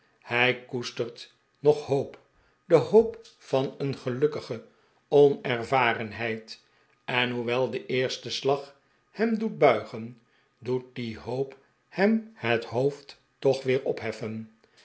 hij koestert nog hoop de hoop van een gelukkige onervarenheid en hoewel de eerste slag hem doet buigen doet die hoop hem het hoofd toch weer opheffen